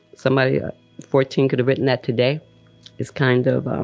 somebody at fourteen could have written that today is kind of um